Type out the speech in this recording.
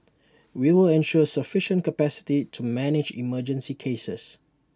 we will ensure sufficient capacity to manage emergency cases